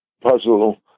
puzzle